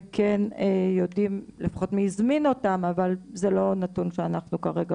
וכן יודעים לפחות מי הזמין אותם אבל זה לא נתון שאנחנו כרגע